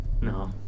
No